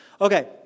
Okay